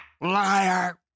Liar